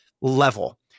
level